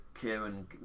kieran